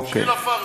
שביל עפר נהיה.